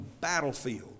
battlefield